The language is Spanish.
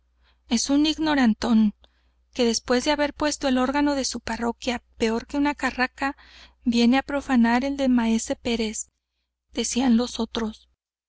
es un ignorantón que después de haber puesto el órgano de su parroquia peor que una carraca viene á profanar el de maese pérez decían los otros